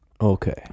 Okay